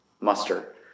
muster